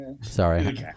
Sorry